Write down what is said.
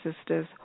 Sisters